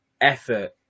effort